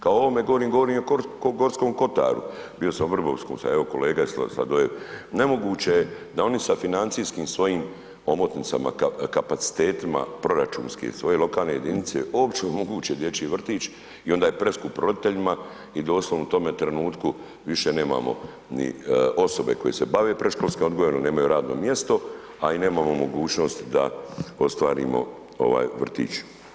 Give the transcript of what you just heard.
Kada o ovome govorim, govorim i o Gorskom kotaru, bio sam u Vrbovskom, evo kolega Sladoljev, nemoguće je da oni sa financijskim svojim omotnicama, kapacitetima, proračunskim, sve lokalne jedinice, uopće omoguće dječji vrtić i onda je preskup roditeljima i doslovno u tome trenutku, više nemamo ni osobe koje se bave predškolskim odgojem, nemaju ni radno mjesto, a i nemamo mogućnost da ostvarimo vrtić.